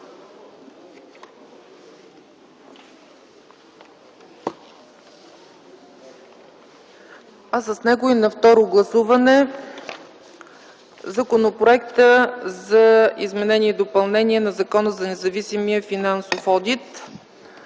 А с него и на второ гласуване Законът за изменение и допълнение на Закона за независимия финансов одит.